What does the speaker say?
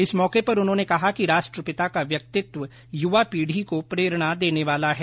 इस मौके पर उन्होंने कहा कि राष्ट्रपिता का व्यक्तित्व युवा पीढ़ी को प्रेरणा देने वाला है